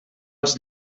als